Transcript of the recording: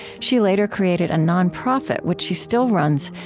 she later created a nonprofit, which she still runs,